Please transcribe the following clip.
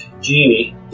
genie